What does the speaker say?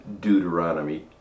Deuteronomy